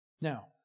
Now